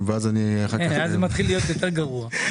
ואז אני -- אז זה מתחיל להיות יותר גרוע.